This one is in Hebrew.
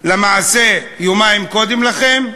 למעשה יומיים קודם לכן,